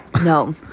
No